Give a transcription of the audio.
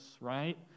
right